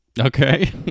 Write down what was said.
Okay